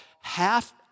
half